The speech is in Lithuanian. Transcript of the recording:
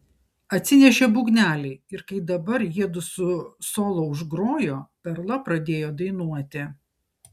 atsinešė būgnelį ir kai dabar jiedu su solo užgrojo perla pradėjo dainuoti